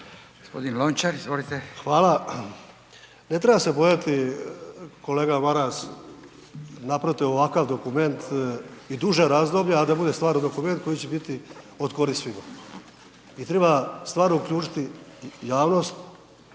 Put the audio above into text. Hvala. Ne treba se bojati kolega Maras napraviti ovakav dokument i duže razdoblje, a da bude stvaran dokument koji će biti od koristi svima. I treba stvarno uključiti javnost